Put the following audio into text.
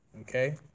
Okay